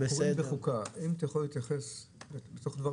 אני נמצאת פה לא כאדם פרטי,